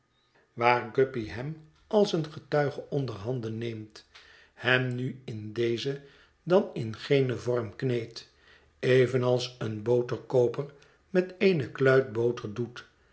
waar guppy hem als een getuige onderhanden neemt hem nu in dezen dan in genen vorm kneedt evenals een boterkooper met eene kluit boter doet